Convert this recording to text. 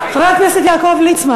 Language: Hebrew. או הצבעה או הפסקת דיון.